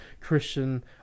Christian